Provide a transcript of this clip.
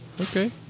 Okay